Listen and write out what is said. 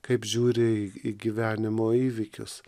kaip žiūri į gyvenimo įvykius